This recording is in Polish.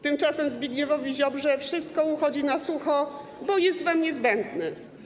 Tymczasem Zbigniewowi Ziobrze wszystko uchodzi na sucho, bo jest wam niezbędny.